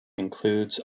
includes